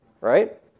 right